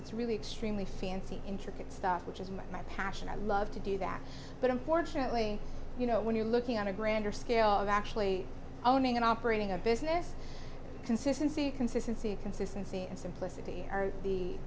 its really extremely fancy intricate stuff which is my passion i love to do that but unfortunately you know when you're looking on a grander scale of actually owning and operating a business consistency consistency consistency and simplicity are the